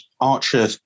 Archer